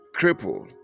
cripple